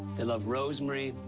they love rosemary,